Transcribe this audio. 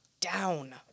down